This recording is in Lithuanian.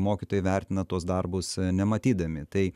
mokytojai vertina tuos darbus nematydami tai